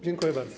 Dziękuję bardzo.